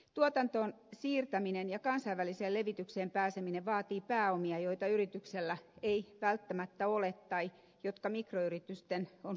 tuotantoon siirtäminen ja kansainväliseen levitykseen pääseminen vaatii pääomia joita yrityksellä ei välttämättä ole tai jotka mikroyritysten on kallista hankkia